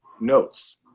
notes